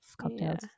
cocktails